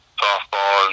softball